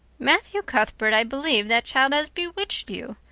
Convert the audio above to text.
matthew cuthbert, i believe that child has bewitched you!